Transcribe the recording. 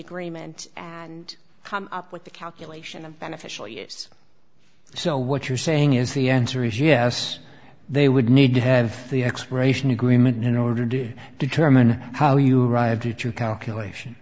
agreement and come up with the calculation of beneficial use so what you're saying is the answer is yes they would need to have the expiration agreement in order to determine how you arrive due to calculation